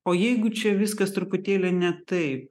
o jeigu čia viskas truputėlį ne taip